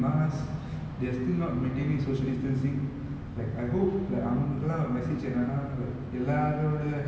like your health is also important so you know think of the uh think of yourself think of everyone think of the